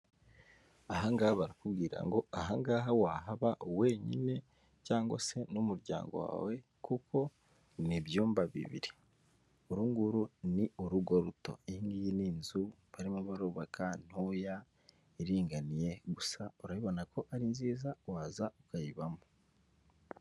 Aha ngaha barakubwira ngo, aha ngaha wahaba wenyine cyangwa se n'umuryango wawe kuko ni ibyumba bibiri. Uru nguru ni urugo ruto, iyi ngiyi ni inzu barimo barubaka ntoya, iringaniye, gusa urabibona ko ari nziza waza ukayibamo.